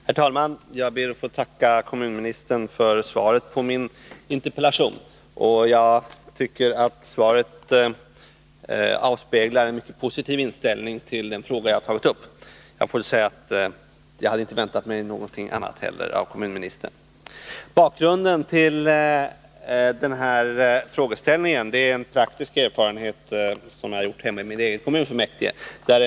Herr talman! Jag ber att få tacka kommunministern för svaret på min interpellation. Jag tycker att svaret avspeglar en positiv inställning till den fråga som jag har tagit upp. Jag vill säga att jag inte heller hade väntat mig något annat av kommunministern. Bakgrunden till frågeställningen är en praktisk erfarenhet som jag har gjort i kommunfullmäktige i min hemkommun.